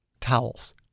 Towels